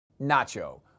Nacho